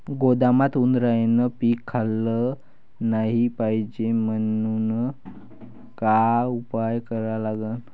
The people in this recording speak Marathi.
गोदामात उंदरायनं पीक खाल्लं नाही पायजे म्हनून का उपाय करा लागन?